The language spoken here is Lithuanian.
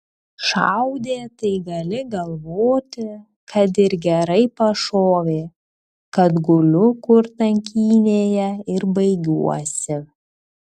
šaudė tai gali galvoti kad ir gerai pašovė kad guliu kur tankynėje ir baigiuosi